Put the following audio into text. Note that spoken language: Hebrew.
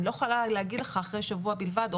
אני לא יכולה להגיד לך אחרי שבוע בלבד או